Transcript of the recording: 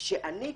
שאני כסניגורית,